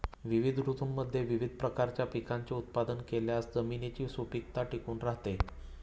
विविध ऋतूंमध्ये विविध प्रकारच्या पिकांचे उत्पादन केल्यास जमिनीची सुपीकता टिकून राहते